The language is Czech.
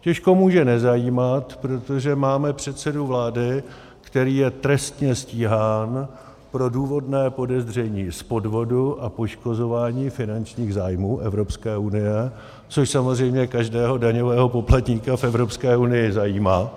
Těžko může nezajímat, protože máme předsedu vlády, který je trestně stíhán pro důvodné podezření z podvodu a poškozování finančních zájmů Evropské unie, což samozřejmě každého daňového poplatníka v Evropské unii zajímá.